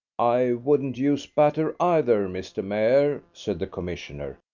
i wouldn't use batter either, mr. mayor, said the commissioner.